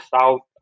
South